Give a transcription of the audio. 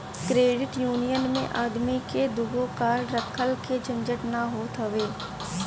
credit union मे आदमी के दूगो कार्ड रखला के झंझट ना होत हवे